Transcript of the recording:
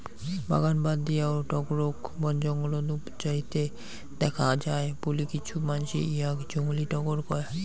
বাগান বাদ দিয়াও টগরক বনজঙ্গলত উবজাইতে দ্যাখ্যা যায় বুলি কিছু মানসি ইয়াক জংলী টগর কয়